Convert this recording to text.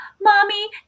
Mommy